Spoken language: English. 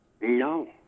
No